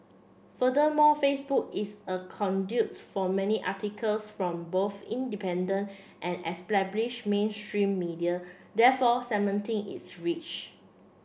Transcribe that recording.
furthermore Facebook is a conduit for many articles from both independent and established mainstream media therefore cementing its reach